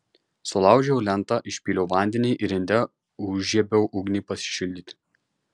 sulaužiau lentą išpyliau vandenį ir inde užžiebiau ugnį pasišildyti